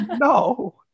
No